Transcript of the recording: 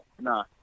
nah